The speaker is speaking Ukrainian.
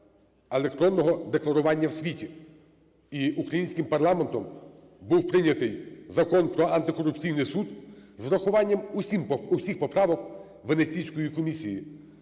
електронного декларування в світі. І українським парламентом був прийнятий Закон про антикорупційний суд з урахуванням усіх поправок Венеційської комісії.